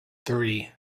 three